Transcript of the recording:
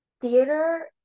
theater